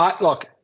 Look